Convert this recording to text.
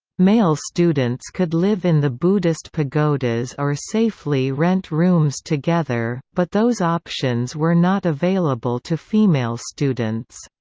male students could live in the buddhist pagodas or safely rent rooms together, but those options were not available to female students.